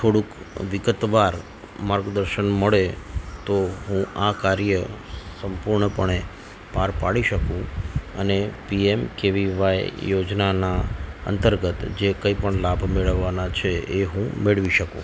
થોડુંક વિગતવાર માર્ગદર્શન મળે તો હું આ કાર્ય સંપૂર્ણપણે પાર પાડી શકું અને પીએમ કેવીવાય યોજનાના અંતર્ગત જે કંઈ પણ લાભ મેળવવાના છે એ હું મેળવી શકું